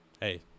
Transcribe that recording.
hey –